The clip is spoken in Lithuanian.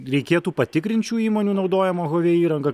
reikėtų patikrint šių įmonių naudojamą huavei įrangą